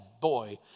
boy